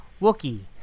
Wookie